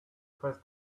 press